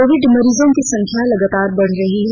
Covid मरीजों की संख्या लगातार बढ़ रही है